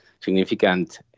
significant